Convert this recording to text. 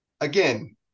again